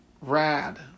rad